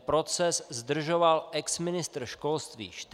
Proces zdržoval exministr školství Štys.